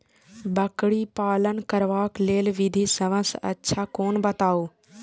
बकरी पालन करबाक लेल विधि सबसँ अच्छा कोन बताउ?